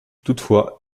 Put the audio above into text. toutefois